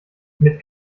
mit